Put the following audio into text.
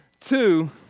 two